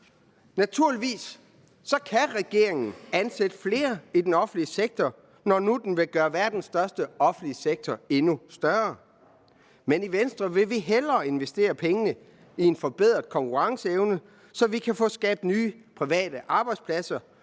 Naturligvis kan regeringen ansætte flere i den offentlige sektor, når den nu vil gøre verdens største offentlige sektor endnu større. Men i Venstre vil vi hellere investere pengene i en forbedret konkurrenceevne, så vi kan få skabt nye private arbejdspladser,